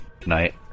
tonight